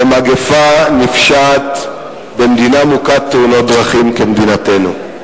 במגפה נפשעת במדינה מוכת תאונות דרכים כמדינתנו.